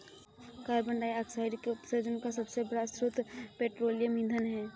carbon dioxide के उत्सर्जन का सबसे बड़ा स्रोत पेट्रोलियम ईंधन है